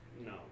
No